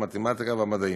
המתמטיקה והמדעים,